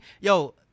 Yo